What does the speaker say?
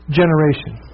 generation